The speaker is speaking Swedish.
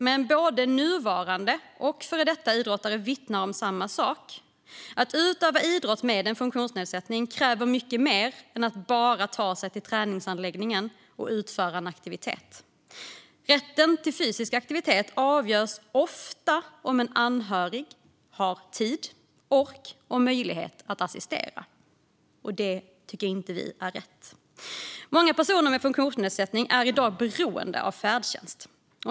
Men både nuvarande och före detta idrottare vittnar om samma sak: Att utöva idrott med en funktionsnedsättning kräver mycket mer än att bara ta sig till träningsanläggningen och utföra en aktivitet. Rätten till fysisk aktivitet avgörs ofta av om en anhörig har tid, ork och möjlighet att assistera. Det tycker inte vi är rätt. Många personer med funktionsnedsättning är i dag beroende av färdtjänst.